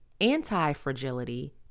Anti-fragility